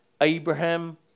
Abraham